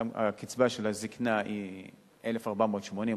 קצבת הזיקנה היא 1,480,